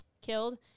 killed